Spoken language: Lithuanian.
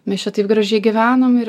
mes čia taip gražiai gyvenom ir